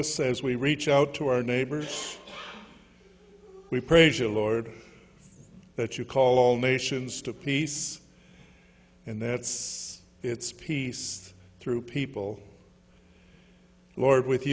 us as we reach out to our neighbors we praise the lord that you call all nations to peace and that's it's peace through people lord with